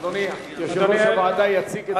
אדוני יושב-ראש הוועדה יציג את הצעת החוק.